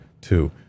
two